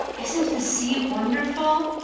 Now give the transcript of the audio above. isn't the sea wonderful?